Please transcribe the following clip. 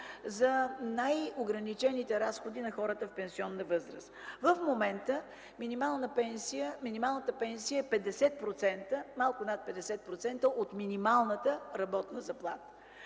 за най-ограничените разходи на хората в пенсионна възраст. В момента минималната пенсия е малко над 50% от минималната работна заплата.